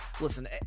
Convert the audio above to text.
listen